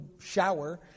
shower